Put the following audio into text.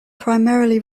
primarily